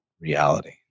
reality